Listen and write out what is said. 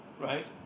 right